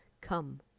Come